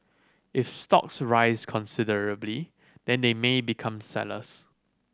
if stocks rise considerably then they may become sellers